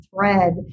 thread